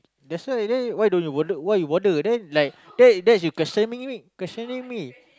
that's why that day why don't you bother why you bother then like that that is you questioning me questioning me